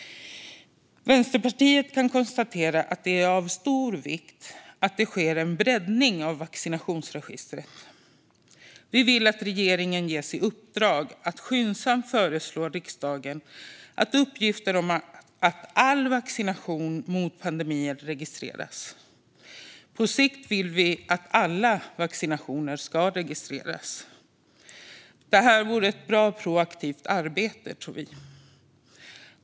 Vänsterpartiet kan konstatera att det är av stor vikt att det sker en breddning av vaccinationsregistret. Vi vill att regeringen ges i uppdrag att skyndsamt föreslå riksdagen att uppgifter om all vaccination mot pandemier registreras. På sikt vill vi att alla vaccinationer registreras. Detta vore ett bra proaktivt arbete, tror vi.